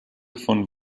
von